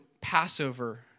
Passover